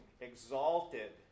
exalted